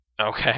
Okay